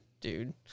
dude